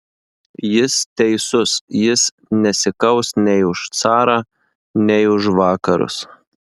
jis teisus jis nesikaus nei už carą nei už vakarus